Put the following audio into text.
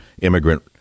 immigrant